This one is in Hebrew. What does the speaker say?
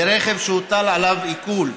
לרכב שהוטל עליו עיקול.